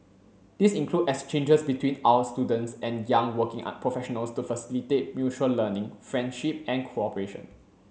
these include exchanges between our students and young working professionals to facilitate mutual learning friendship and cooperation